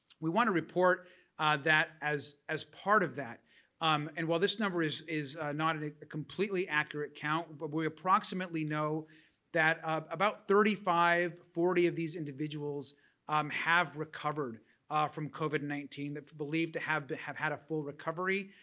we want to report that as as part of that um and while this number is is not and a a completely accurate count but we approximately know that about thirty five forty of these individuals um have recovered from covid nineteen that are believed to have but have had a full recovery.